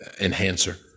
enhancer